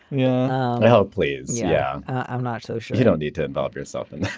yeah and help, please. yeah, i'm not so sure you don't need to involve yourself in